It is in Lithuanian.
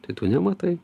tai tu nematai